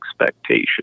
expectation